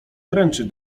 dręczy